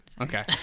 Okay